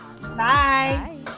bye